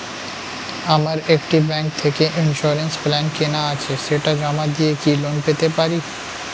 আমার একটি ব্যাংক থেকে ইন্সুরেন্স প্ল্যান কেনা আছে সেটা জমা দিয়ে কি লোন পেতে পারি?